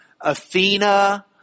Athena